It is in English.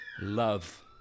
love